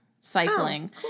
cycling